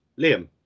Liam